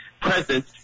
present